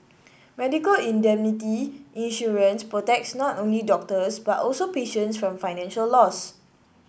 medical indemnity insurance protects not only doctors but also patients from financial loss